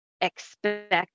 expect